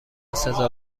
سزا